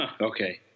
Okay